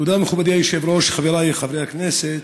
תודה, מכובדי היושב-ראש, חבריי חברי הכנסת,